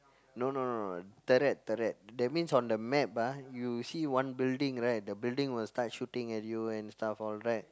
no no no no turret turret that means on the map ah you see one building right the building will start shooting at you and stuff all right